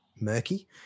murky